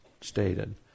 stated